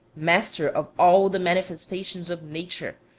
master of all the manifestations of nature,